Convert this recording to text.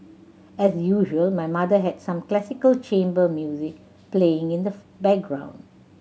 as usual my mother had some classical chamber music playing in the background